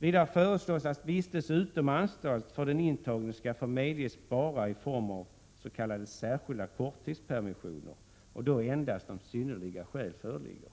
Vidare skall vistelse utom anstalt för den intagne få medges bara i form av s.k. särskilda korttidspermissioner och då endast om synnerliga skäl föreligger.